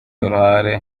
uruhare